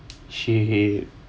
shit